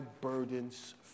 burdens